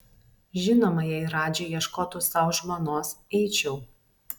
žinoma jei radži ieškotų sau žmonos eičiau